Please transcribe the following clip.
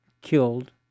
killed